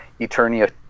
Eternia